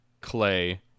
Clay